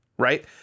Right